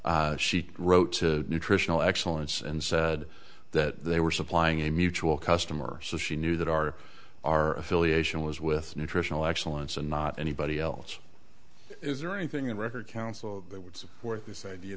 she wrote to nutritional excellence and said that they were supplying a mutual customer so she knew that our our affiliation was with nutritional excellence and not anybody else is there anything in record council that would support this idea